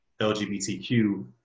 LGBTQ